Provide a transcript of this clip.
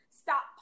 stop